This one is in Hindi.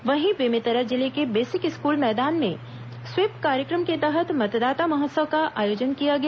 वहीं बेमेतरा जिले के बेसिक स्कूल मैदान में स्वीप कार्यक्रम के तहत मतदाता महोत्सव का आयोजन किया गया